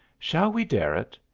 shall we dare it?